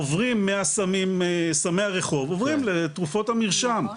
עוברים מסמי הרחוב עוברים לתרופות המרשם.